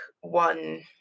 one